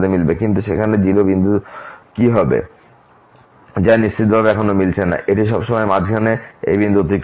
কিন্তু সেখানে এই 0 বিন্দুতে কি হবে যা নিশ্চিতভাবে এখানে মিলছে না এটি সবসময় মাঝখানে এই বিন্দু অতিক্রম করছে